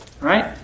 Right